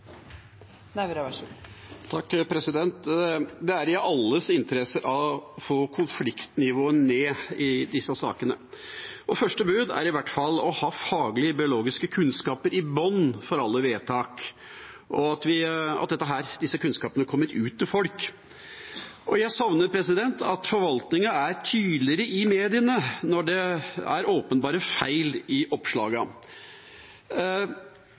Nævra har hatt ordet to ganger tidligere og får ordet til en kort merknad, begrenset til 1 minutt. Det er i alles interesse å få konfliktnivået ned i disse sakene. Første bud er i hvert fall å ha faglige, biologiske kunnskaper i bunnen for alle vedtak og at denne kunnskapen kommer ut til folk. Jeg savner at forvaltningen er tydeligere i mediene når det er åpenbare feil i